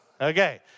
Okay